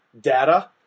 data